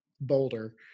Boulder